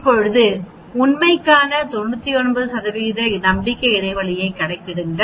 இப்போது உண்மைக்கான 99 நம்பிக்கை இடைவெளியைக் கணக்கிடுங்கள்